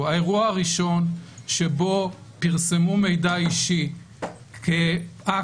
האירוע הראשון שבו פרסמו מידע אישי כאקט